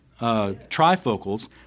trifocals